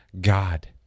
God